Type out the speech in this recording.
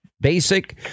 basic